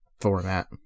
format